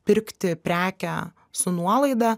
pirkti prekę su nuolaida